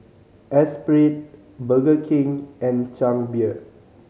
Espirit Burger King and Chang Beer